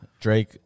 Drake